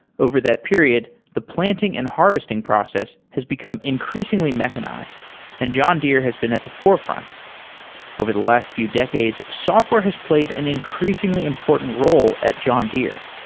over that period, the planting and harvesting process has become increasingly mechanized and john deere has been at the forefront over the last few decades, software has played an increasingly important role at john deere.